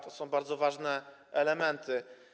To są bardzo ważne elementy.